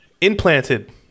implanted